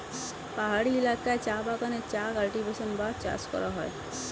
পাহাড়ি এলাকায় চা বাগানে চা কাল্টিভেশন বা চাষ করা হয়